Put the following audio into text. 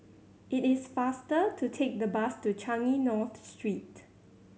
it is faster to take the bus to Changi North Street